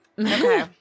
Okay